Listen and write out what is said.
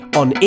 on